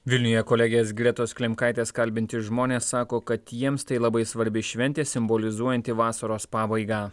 vilniuje kolegės gretos klimkaitės kalbinti žmonės sako kad jiems tai labai svarbi šventė simbolizuojanti vasaros pabaigą